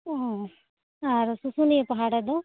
ᱚᱻ ᱟᱨ ᱥᱩᱥᱩᱱᱤᱭᱟᱹ ᱯᱟᱦᱟᱲ ᱨᱮᱫᱚ